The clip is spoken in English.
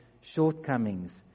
shortcomings